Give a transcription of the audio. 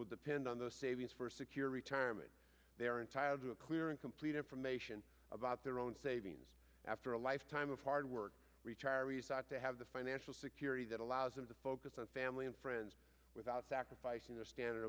will depend on those savings for a secure retirement they're entitled to a clear and complete information about their own savings after a lifetime of hard work retirees ought to have the financial security that allows them to focus on family and friends without sacrificing their standard